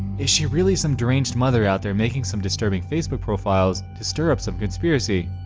is she really some deranged mother out there making some disturbing facebook profiles to stir up some conspiracy?